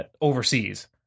overseas